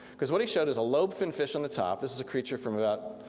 cause what he showed is a lobe-finned fish on the top. this is a creature from about,